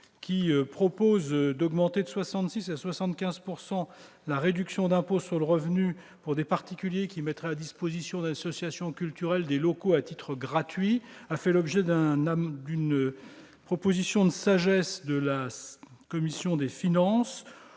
qui vise à augmenter de 66 % à 75 % la réduction d'impôt sur le revenu pour des particuliers qui mettraient à la disposition d'associations culturelles des locaux à titre gratuit, a fait l'objet d'un avis de sagesse de la commission des finances.